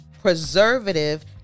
preservative